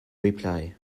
reply